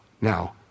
Now